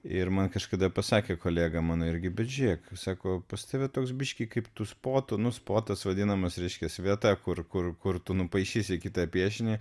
ir man kažkada pasakė kolega mano irgi bet žiūrėk sako pas tave toks biškį kaip su spotu nu spotas vadinamas reiškiantis vieta kur kur kur tu nupaišysi kitą piešinį